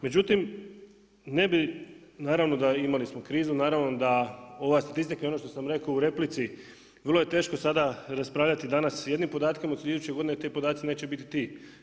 Međutim, ne bi, naravno da imali smo krizu, naravno i ova statista i ono što sam rekao u replici, vrlo je teško sada raspravljati danas s jednim podatkom, a od iduće godine ti podaci neće biti ti.